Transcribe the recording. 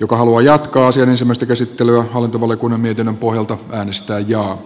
joka haluaa jatkaa asian ensimmäistä käsittelyä hallintovaliokunnan mietinnön pohjalta äänestää jaa